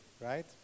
right